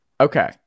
Okay